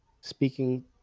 speaking